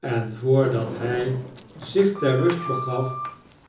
en voordat hij zich ter rust begaf